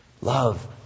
Love